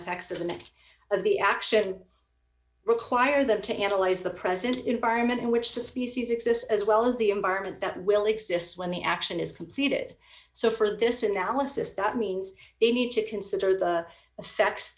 effects of the neck of the action require them to analyze the present environment in which the species exists as well as the environment that will exist when the action is completed so for this analysis that means they need to consider the